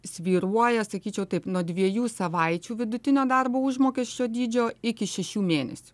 svyruoja sakyčiau taip nuo dviejų savaičių vidutinio darbo užmokesčio dydžio iki šešių mėnesių